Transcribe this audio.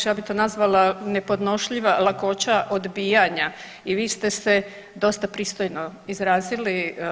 Ja bih to nazvala nepodnošljiva lakoća odbijanja i vi ste se dosta pristojno izrazili.